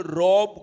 rob